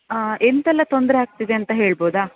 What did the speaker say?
ಆಂ ಎಂತೆಲ್ಲ ತೊಂದರೆ ಆಗ್ತಿದೆ ಅಂತ ಹೇಳಬಹುದಾ